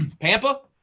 Pampa